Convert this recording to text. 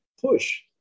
push